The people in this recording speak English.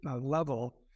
level